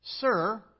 sir